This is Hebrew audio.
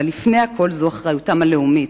אבל לפני הכול זו אחריותן הלאומית,